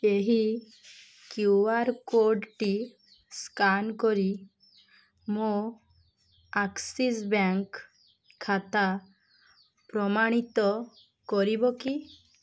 ଏହି Q R କୋଡ଼୍ଟି scan କରି ମୋ ଆକ୍ସିସ୍ ବ୍ୟାଙ୍କ୍ ଖାତା ପ୍ରମାଣିତ କରିବ କି